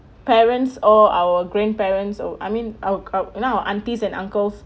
parents all our grandparents or I mean our our now aunties and uncles